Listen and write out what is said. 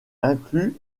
inclut